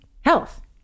health